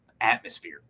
atmosphere